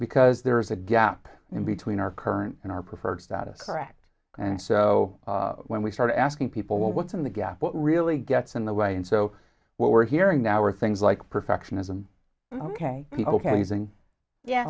because there is a gap in between our current and our preferred status correct and so when we start asking people what's in the gap what really gets in the way and so what we're hearing now are things like perfectionism ok ok